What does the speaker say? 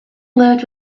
lived